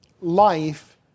Life